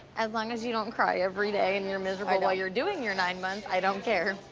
as long as you don't cry every day and you're miserable while you're doing your nine months, i don't care.